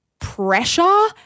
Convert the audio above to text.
Pressure